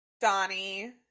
Donnie